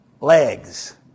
legs